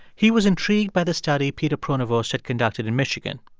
he was intrigued by this study peter pronovost had conducted in michigan.